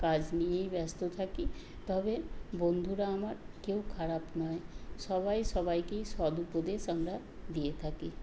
কাজ নিয়েই ব্যস্ত থাকি তবে বন্ধুরা আমার কেউ খারাপ নয় সবাই সবাইকেই সৎ উপদেশ আমরা দিয়ে থাকি